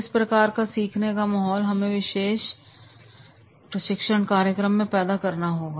इस प्रकार का सीखने का माहौल हमें अपने विशेष प्रशिक्षण कार्यक्रम में पैदा करना होगा